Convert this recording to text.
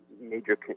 major